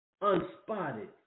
unspotted